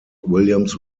williams